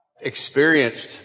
experienced